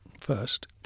first